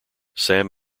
sam